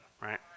right